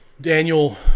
Daniel